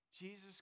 Jesus